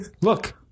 Look